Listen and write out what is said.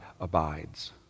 abides